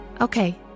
Okay